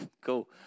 Cool